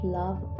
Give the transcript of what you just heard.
love